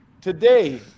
Today